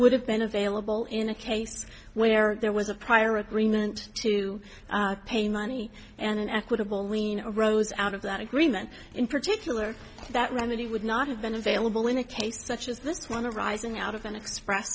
would have been available in a case where there was a prior agreement to pay money and an equitable mean arose out of that agreement in particular that remedy would not have been available in a case such as this one arising out of an express